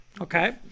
Okay